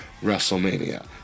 WrestleMania